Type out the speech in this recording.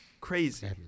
crazy